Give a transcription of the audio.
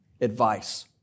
advice